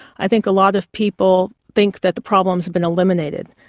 i think a lot of people think that the problems have been eliminated,